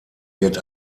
wird